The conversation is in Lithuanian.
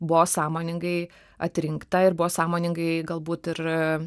buvo sąmoningai atrinkta ir buvo sąmoningai galbūt ir